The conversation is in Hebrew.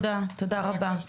תודה רבה.